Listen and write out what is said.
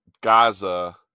Gaza